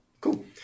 cool